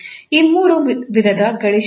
ಈ ಮೂರು ವಿಧದ ಗಡಿ ಷರತ್ತುಗಳು